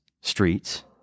streets